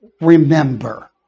remember